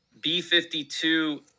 B-52